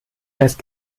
heißt